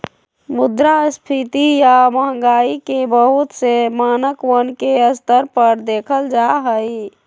मुद्रास्फीती या महंगाई के बहुत से मानकवन के स्तर पर देखल जाहई